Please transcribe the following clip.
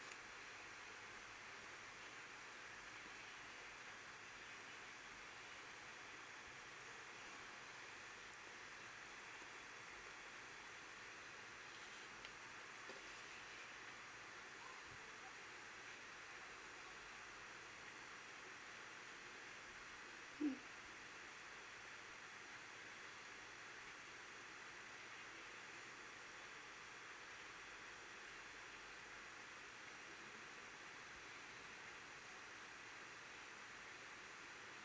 mm